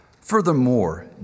Furthermore